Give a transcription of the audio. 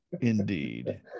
Indeed